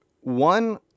one